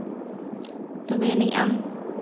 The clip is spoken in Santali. ᱛᱚᱵᱮᱭᱟᱹᱱᱤᱡ ᱟᱢ